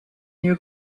new